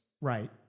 Right